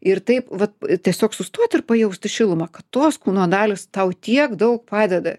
ir taip vat tiesiog sustoti ir pajausti šilumą kad tos kūno dalys tau tiek daug padeda